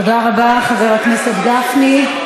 תודה רבה, חבר הכנסת גפני.